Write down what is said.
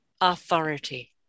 authority